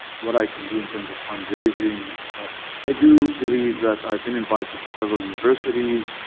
what i can do in terms of fundraising and but i do believe that i've been invited to several universities